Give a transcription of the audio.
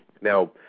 Now